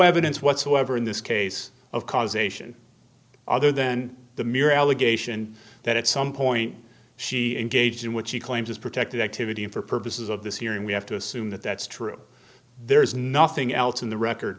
evidence whatsoever in this case of causation other than the mere allegation that at some point she engaged in which she claims is protected activity and for purposes of this hearing we have to assume that that's true there is nothing else in the record